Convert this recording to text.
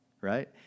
right